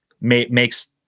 makes